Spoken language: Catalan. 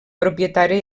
propietari